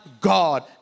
God